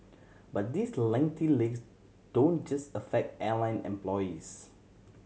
but these lengthy legs don't just affect airline employees